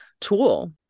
tool